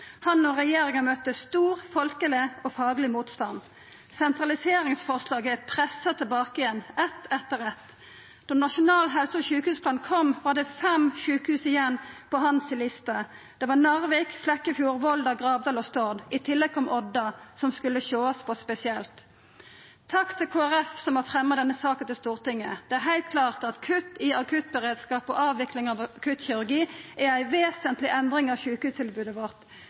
Han og regjeringa møtte stor folkeleg og fagleg motstand. Sentraliseringsforslag er pressa tilbake igjen eitt etter eitt. Da Nasjonal helse- og sjukehusplan kom, var det fem sjukehus igjen på lista hans. Det var Narvik, Flekkefjord, Volda, Gravdal og Stord. I tillegg kom Odda, som skulle sjåast på spesielt. Takk til Kristeleg Folkeparti, som har fremja denne saka for Stortinget. Det er heilt klart at kutt i akuttberedskap og avvikling av akuttkirurgi er ei vesentleg endring av sjukehustilbodet vårt.